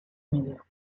medio